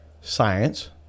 science